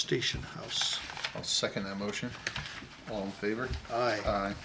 station house second emotion all favor